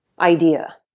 idea